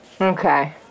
Okay